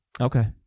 Okay